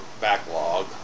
backlog